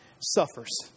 suffers